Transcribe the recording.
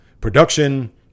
production